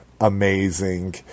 Amazing